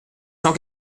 cent